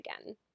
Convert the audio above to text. again